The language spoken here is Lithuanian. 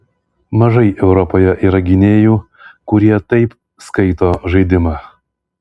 mažai europoje yra gynėjų kurie taip skaito žaidimą